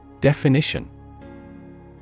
Definition